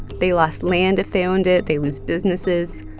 they lost land if they owned it, they lose businesses.